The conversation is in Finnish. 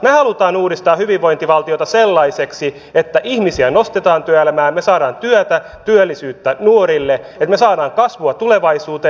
me haluamme uudistaa hyvinvointivaltiota sellaiseksi että ihmisiä nostetaan työelämään me saamme työtä työllisyyttä nuorille että me saamme kasvua tulevaisuuteen